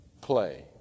play